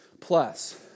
Plus